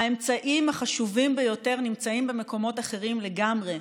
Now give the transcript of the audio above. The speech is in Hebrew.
האמצעים החשובים ביותר נמצאים במקומות אחרים לגמרי.